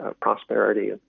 prosperity